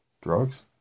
drugs